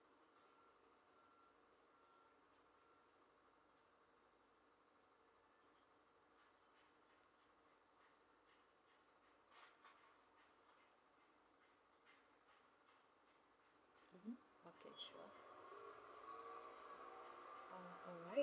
okay sure uh alright